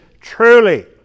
truly